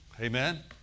Amen